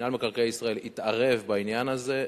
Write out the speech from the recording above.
ומינהל מקרקעי ישראל התערב בעניין הזה,